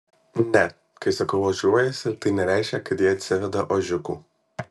ne kai sakau ožiuojasi tai nereiškia kad ji atsiveda ožiukų